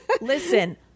listen